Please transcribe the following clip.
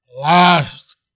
last